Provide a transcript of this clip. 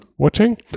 Watching